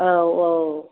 औ औ